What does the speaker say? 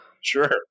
sure